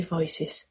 Voices